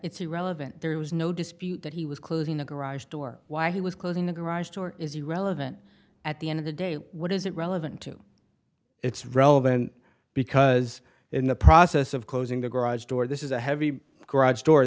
it's irrelevant there was no dispute that he was closing the garage door while he was closing the garage door is irrelevant at the end of the day what is it relevant to it's relevant because in the process of closing the garage door this is a heavy garage door